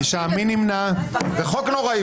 9 נמנעים,